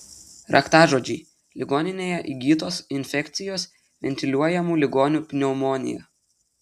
raktažodžiai ligoninėje įgytos infekcijos ventiliuojamų ligonių pneumonija